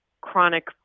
chronic